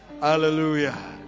Hallelujah